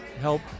help